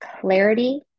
Clarity